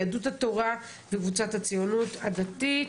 יהדות התורה והציונות הדתית.